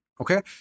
okay